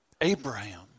Abraham